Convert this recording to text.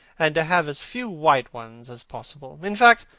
and to have as few white ones as possible. in fact,